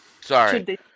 Sorry